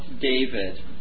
David